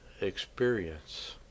experience